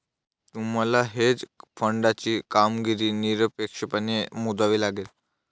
तुम्हाला हेज फंडाची कामगिरी निरपेक्षपणे मोजावी लागेल